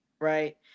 right